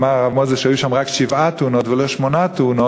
אמר הרב מוזס שהיו שם רק שבע תאונות ולא שמונה תאונות,